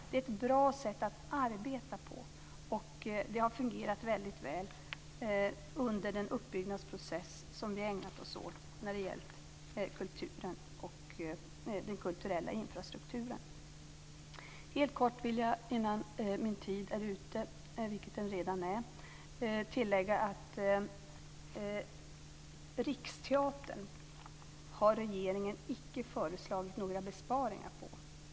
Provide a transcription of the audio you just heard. Det är ett bra sätt att arbeta på, och det har fungerat väldigt väl under den uppbyggnadsprocess som vi har ägnat oss åt när det gällt kulturen och den kulturella infrastrukturen. Helt kort vill jag, innan min tid är ute - vilket den redan är - tillägga att Riksteatern har regeringen icke föreslagit några besparingar på.